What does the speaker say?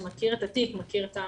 שמכיר את התיק,